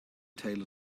taylor